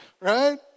right